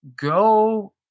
go